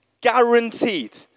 Guaranteed